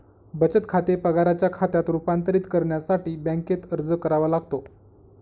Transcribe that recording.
बचत खाते पगाराच्या खात्यात रूपांतरित करण्यासाठी बँकेत अर्ज करावा लागतो